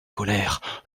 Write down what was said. colère